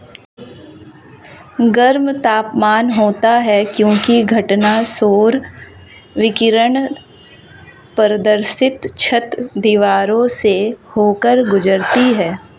गर्म तापमान होता है क्योंकि घटना सौर विकिरण पारदर्शी छत, दीवारों से होकर गुजरती है